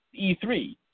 E3